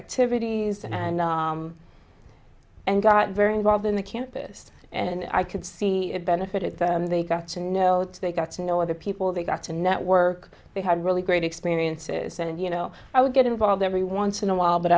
activities and and got very involved in the campus and i could see it benefits they got to know they got to know other people they got to network they had really great experiences and you know i would get involved every once in a while but